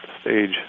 stage